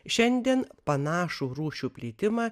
šiandien panašų rūšių plitimą